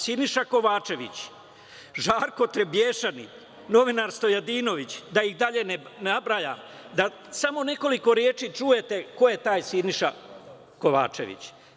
Siniša Kovačević, Žarko Trebješanin, novinar Stojadinović, da ih dalje ne nabrajam, da čujete samo nekoliko reči ko je taj Siniša Kovačević.